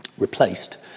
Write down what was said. replaced